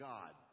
God